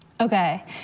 Okay